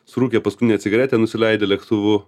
surūkė paskutinę cigaretę nusileidę lėktuvu